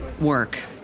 work